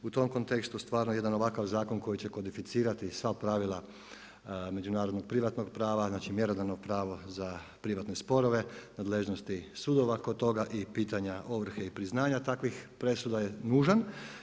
U tom kontekstu stvara jedan ovakav zakon koji će kodificirati sva pravila međunarodnog privatnog prava, znači mjerodavno pravo za privatne sporove, nadležnosti sudova kod toga i pitanja ovrhe i priznanja takvih presuda je nužan.